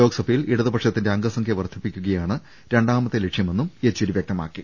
ലോക്സഭയിൽ ഇടതുപക്ഷത്തിന്റെ അംഗസംഖ്യ വർദ്ധിപ്പിക്കുക യാണ് രണ്ടാമത്തെ ലക്ഷ്യമെന്നും യെച്ചൂരി വൃക്തമാക്കി